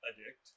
addict